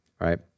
right